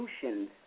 solutions